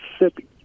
Mississippi